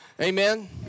Amen